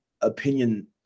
opinion